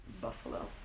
Buffalo